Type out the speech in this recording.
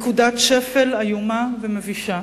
נקודת שפל איומה ומבישה.